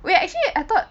wait actually I thought